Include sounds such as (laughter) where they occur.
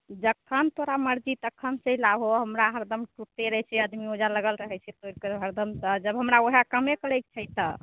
जक्खन तोरा मर्जी तक्खन चैलि आहो हमरा हरदम (unintelligible) रहै छै आदमी ओहिजा हरदम लागल रहै छै जब हमरा हरदम ओएह कामे करै के छै तऽ